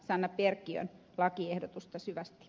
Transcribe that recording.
sanna perkiön lakiehdotusta syvästi